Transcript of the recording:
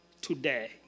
today